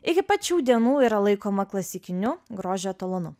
iki pat šių dienų yra laikoma klasikiniu grožio etalonu